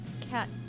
cat